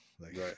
right